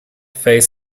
face